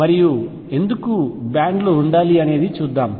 మరియు ఎందుకు బ్యాండ్ లు ఉండాలి అనేది చూద్దాం